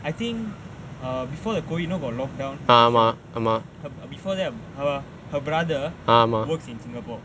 I think err before the COVID you know got lock down malaysia before that her her brother works in singapore